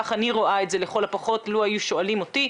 כך לפחות אני רואה אותה, לו היו שואלים אותי.